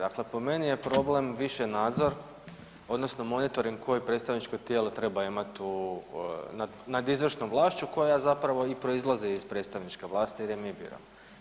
Dakle, po meni je problem više nadzor, odnosno monitoring koji predstavničko tijelo treba imati u, nad izvršnom vlašću koja zapravo i proizlazi iz predstavničke vlasti jer je mi biramo.